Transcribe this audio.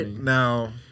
now